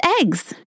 eggs